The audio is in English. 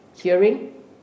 hearing